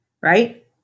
right